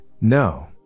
no